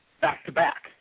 back-to-back